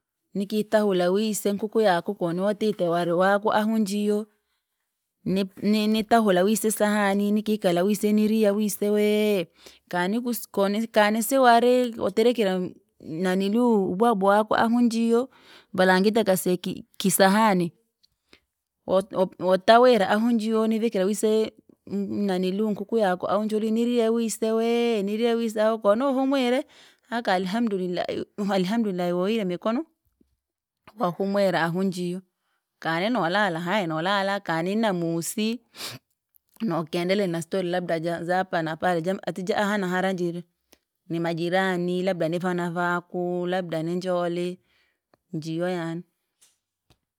Nikitawula wise mkuku yaku koniwatete wari waku ahu njio, ni- ni- nitawula wise sahani! Nikikala wise niriya wise wee, kanikusi konisi kanisiwari waterekire m- naniluu ubwabwa waku ahuu njiyo, valangi dakaseki kisahani. Wa- wa- watahwira ahu njiyo nivikira wise! Naniliuu nkuku yako au njuri niriya wise wee niriye wise ahu. Okonohumwire aka alhamdullah, alhamdulillah woyire mikono? Wahumwire ahu njiyo, kani nolala hayi nolala kani namusi nokendelea nastori labda ja za hapa na pale jama ati ja aha na hara njiri, namajirani labda ni vana vaku, labda ninjoli, njiyo yaani.